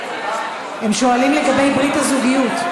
הם שואלים לגבי ברית הזוגיות.